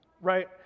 right